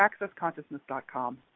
accessconsciousness.com